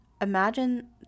Imagine